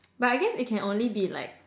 but I guess it can only be like